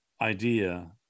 idea